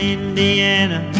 Indiana